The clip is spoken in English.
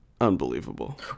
unbelievable